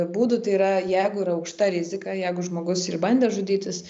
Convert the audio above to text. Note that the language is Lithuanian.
būdų tai yra jeigu yra aukšta rizika jeigu žmogus ir bandė žudytis